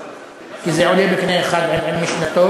כי זה עולה בקנה אחד עם משנתו,